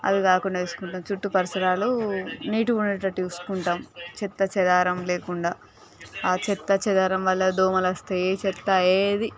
అవి కాకుండా చూసుకుంటాము చుట్టు పరిసరాలు నీట్గా ఉండేటట్టు చూసుకుంటాము చెత్త చెదారం లేకుండా ఆ చెత్త చెదారం వల్ల దోమలు వస్తాయి చెత్త ఏది